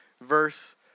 verse